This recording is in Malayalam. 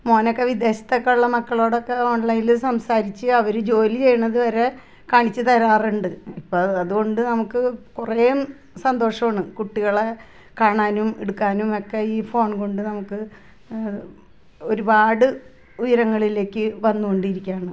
മോനൊക്കെ വിദേശത്തുള്ള മക്കളോടൊക്കെ ഓൺലൈൻ സംസാരിച്ച് അവര് ജോലി ചെയ്യുന്നത് വരെ കാണിച്ച് തരാറുണ്ട് ഇപ്പോൾ അത്കൊണ്ട് നമുക്ക് കുറെ സന്തോഷമാണ് കുട്ടികളെ കാണാനും എടുക്കാനും ഒക്കെ ഈ ഫോൺ കൊണ്ട് നമുക്ക് ഹേ ഒരുപാട് ഉയരങ്ങളിലേക്ക് വന്നുകൊണ്ടിരിക്കുവാണ്